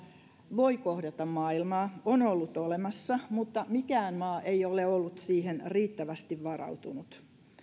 voi kohdata maailmaa on ollut olemassa mutta mikään maa ei ole ollut siihen riittävästi varautunut